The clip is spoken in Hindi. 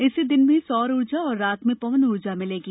इससे दिन में सौर ऊर्जा और रात में पवन ऊर्जा मिलेगी